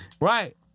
Right